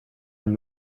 and